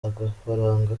agafaranga